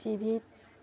T ভিত